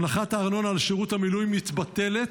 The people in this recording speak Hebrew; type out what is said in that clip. הנחת הארנונה על שירות המילואים מתבטלת,